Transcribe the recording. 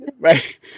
Right